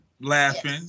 laughing